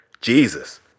Jesus